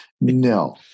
No